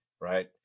right